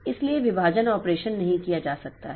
इसलिए विभाजन ऑपरेशन नहीं किया जा सकता है